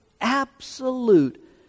absolute